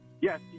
Yes